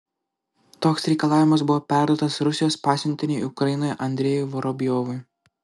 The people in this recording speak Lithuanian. toks reikalavimas buvo perduotas rusijos pasiuntiniui ukrainoje andrejui vorobjovui